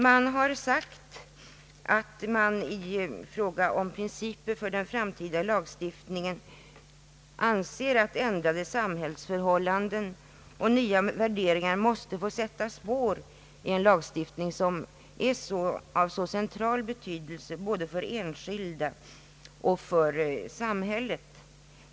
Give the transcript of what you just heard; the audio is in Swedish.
Man har sagt att man i fråga om principer för den framtida lagstiftningen anser, att ändrade samhällsförhållanden och nya värderingar måste få sätta spår i en lagstiftning som är av så central betydelse både för enskilda och för samhället.